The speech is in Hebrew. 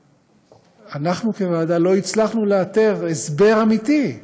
שאנחנו כוועדה לא הצלחנו לאתר הסבר אמיתי,